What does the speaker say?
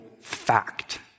fact